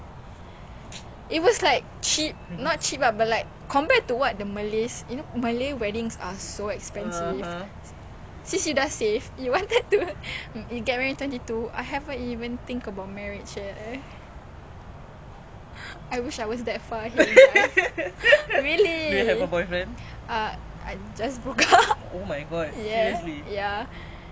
really err I just broke up ya I don't know like during circuit breaker you know then like things just ya also like not worth it lah cause like is err I don't know I'm trying to re-fix you all first